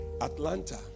Atlanta